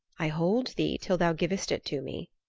i hold thee till thou givest it to me,